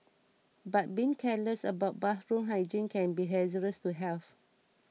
but being careless about bathroom hygiene can be hazardous to health